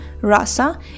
Rasa